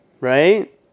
right